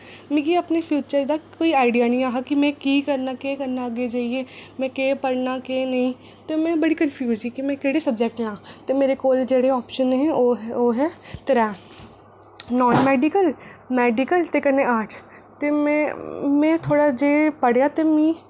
मिगी अपने फ्यूचर दा कोई आइडिया निहा की में केह् करना केह् करना अग्गें जाइयै में केह् पढ़ना केह् नेईं ते में बड़ी कंफ्यूज ही कि में केह्ड़े सब्जैक्ट लें ते मेरे कोल जेह्ड़े ऑप्शन हे ओह् हे त्रैऽ नॉन मैडिकल मैडिकल ते कन्नै ऑर्टस ते ते में थोह्ड़ा जेहा पढ़ेआ ते मिगी